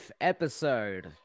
episode